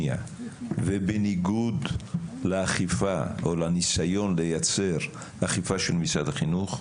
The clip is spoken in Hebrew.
ובניגוד לאכיפה או לניסיון לייצר אכיפה של משרד החינוך,